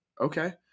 okay